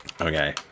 Okay